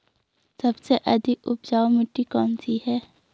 सबसे अधिक उपजाऊ मिट्टी कौन सी है?